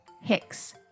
hicks